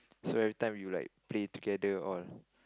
so every time we'll like play together all